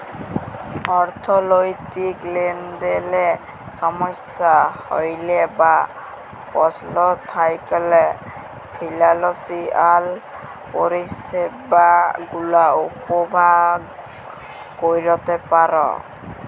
অথ্থলৈতিক লেলদেলে সমস্যা হ্যইলে বা পস্ল থ্যাইকলে ফিলালসিয়াল পরিছেবা গুলা উপভগ ক্যইরতে পার